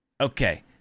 Okay